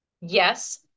Yes